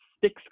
six